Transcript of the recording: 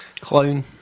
Clown